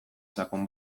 sakon